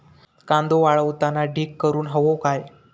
कांदो वाळवताना ढीग करून हवो काय?